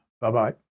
Bye-bye